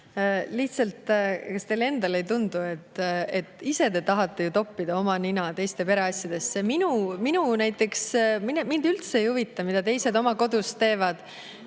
Lihtsalt, kas teile endale ei tundu, et ise te tahate ju toppida oma nina teiste asjadesse? Näiteks mind üldse ei huvita, mida teised oma kodus teevad.